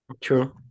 True